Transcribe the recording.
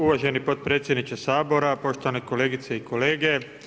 Uvaženi potpredsjedniče Sabora, poštovane kolegice i kolege.